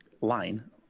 line